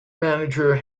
manager